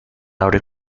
abre